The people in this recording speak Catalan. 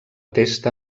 testa